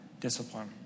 discipline